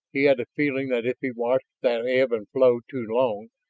he had a feeling that if he watched that ebb and flow too long,